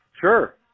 Sure